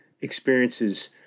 experiences